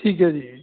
ਠੀਕ ਹੈ ਜੀ